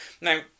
Now